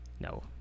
no